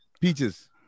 Peaches